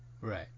Right